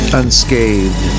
unscathed